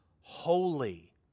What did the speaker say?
holy